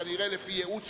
כשאני מדבר אליך,